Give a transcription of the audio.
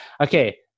okay